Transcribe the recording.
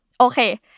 Okay